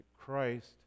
Christ